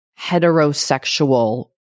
heterosexual